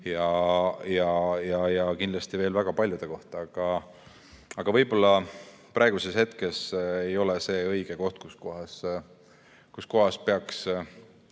sama ja veel väga paljude kohta, aga võib-olla praegusel hetkel ei ole see õige koht, kus kohas peaks